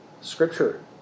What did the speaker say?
Scripture